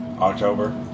October